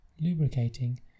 Lubricating